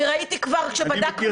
ראינו כבר מצבים